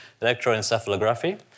electroencephalography